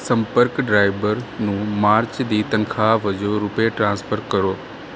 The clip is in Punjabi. ਸੰਪਰਕ ਡਰਾਈਵਰ ਨੂੰ ਮਾਰਚ ਦੀ ਤਨਖਾਹ ਵਜੋਂ ਰੁਪਏ ਟ੍ਰਾਂਸਫਰ ਕਰੋ